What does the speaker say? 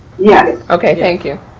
yes, okay, thank you.